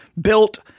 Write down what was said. built